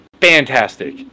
fantastic